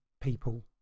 people